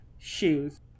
shoes